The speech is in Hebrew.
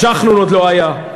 ג'חנון עוד לא היה,